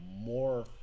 more